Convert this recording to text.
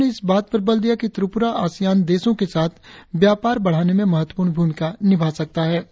उन्होंने इस बात पर बल दिया कि त्रिपुरा आसियान देशों के साथ व्यापार बढ़ाने में महत्वपूर्ण भूमिका निभा सकता है